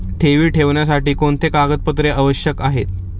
ठेवी ठेवण्यासाठी कोणते कागदपत्रे आवश्यक आहे?